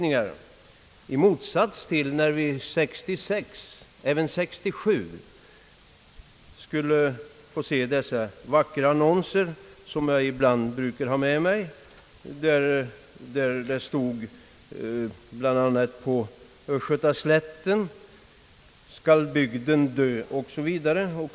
Annat var det 1966 och även 1967, då vi kunde få se de vackra affischer som jag ibland brukar ha med mig och som t.ex. på östgötaslätten ställde frågan: »Skall bygden dö?